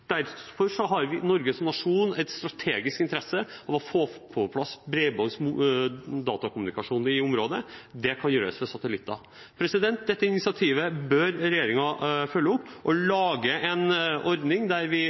vi kan beskrive som norsk senter. Derfor har Norge som nasjon en strategisk interesse av å få på plass bredbåndsdatakommunikasjon i området. Det kan gjøres med satellitter. Dette initiativet bør regjeringen følge opp, og de bør lage en ordning der vi